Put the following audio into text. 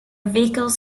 vehicles